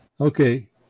Okay